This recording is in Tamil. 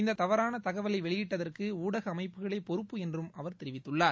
இந்த தவறாள தகவலை வெளியிட்டதற்கு ஊடக அமைப்புகளே பொறுப்பு என்றும் அவர் தெரிவித்துள்ளார்